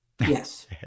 Yes